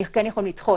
אני עוד פעם חוזר.